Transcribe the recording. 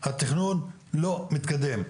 התכנון לא מתקדם.